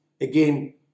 again